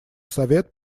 совет